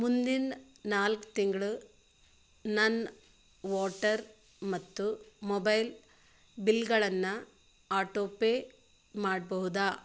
ಮುಂದಿನ ನಾಲ್ಕು ತಿಂಗಳು ನನ್ನ ವಾಟರ್ ಮತ್ತು ಮೊಬೈಲ್ ಬಿಲ್ಗಳನ್ನು ಆಟೋ ಪೇ ಮಾಡಬಹುದಾ